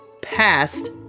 past